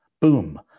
Boom